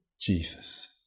Jesus